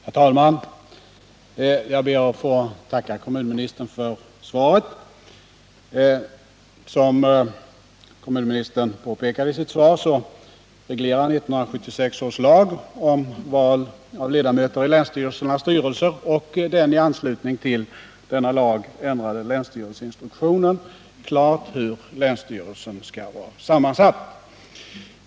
Herr talman! Jag ber att få tacka kommunministern för svaret. Som kommunministern påpekade i sitt svar reglerar 1976 års lag om val av ledamöter i länsstyrelses styrelse och den i anslutning till denna lag ändrade länsstyrelseinstruktionen klart hur en länsstyrelse skall vara sammansatt.